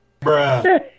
Bruh